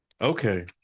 Okay